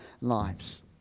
lives